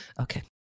Okay